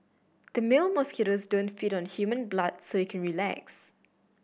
the male mosquitoes don't feed on human blood so you can relax